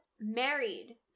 married